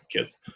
kids